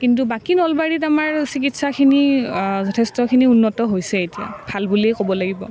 কিন্তু বাকী নলবাৰীত আমাৰ চিকিৎসাখিনি যথেষ্টখিনি উন্নত হৈছেই এতিয়া ভাল বুলিয়েই ক'ব লাগিব